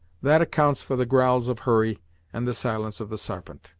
that accounts for the growls of hurry and the silence of the sarpent.